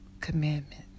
commandment